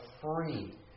free